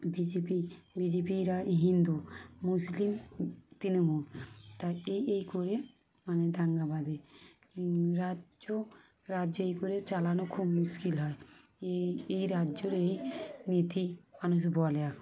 B J P B J পিরা হিন্দু মুসলিম তৃণমূল তাই এই এই করে মানে দাঙ্গা বাধে রাজ্য রাজ্যে এই করে চালানো খুব মুশকিল হয় এই এই রাজ্যের এই নীতি মানুষ বলে এখন